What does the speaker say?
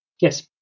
Yes